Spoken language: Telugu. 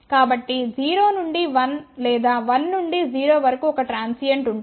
కాబట్టి 0 నుండి 1 లేదా 1 నుండి 0 వరకు ఒక ట్రాన్సియెంట్ ఉంటుంది